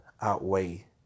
outweigh